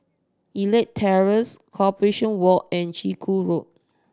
Elite Terrace Corporation Walk and Chiku Road